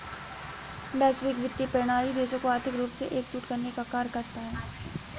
वैश्विक वित्तीय प्रणाली देशों को आर्थिक रूप से एकजुट करने का कार्य करता है